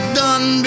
done